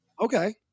okay